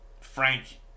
Frank